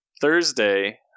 Thursday